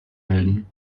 melden